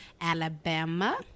Alabama